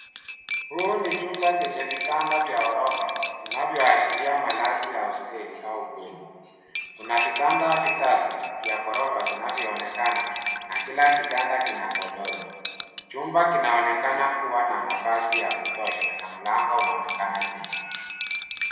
Huu ni chumba chenye vitanda vya ghorofa vinavyoashiria malazi ya hosteli au bweni. Kuna vitanda vitatu vya ghorofa vinavyoonekana na kila kitanda kina godoro. Chumba kinaonekana kuwa na nafasi ya kutosha na mlango unaonekana nyuma.